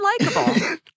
unlikable